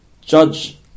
judge